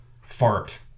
fart